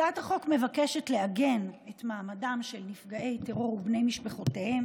הצעת החוק מבקשת לעגן את מעמדם של נפגעי טרור ובני משפחותיהם